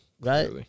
Right